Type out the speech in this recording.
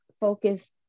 focus